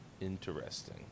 Interesting